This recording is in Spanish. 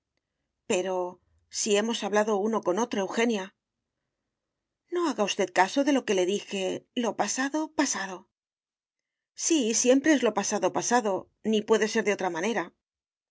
pero si hemos hablado uno con otro eugenia no haga usted caso de lo que le dije lo pasado pasado sí siempre es lo pasado pasado ni puede ser de otra manera